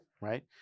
right